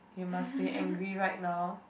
must be angry right now